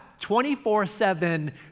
24-7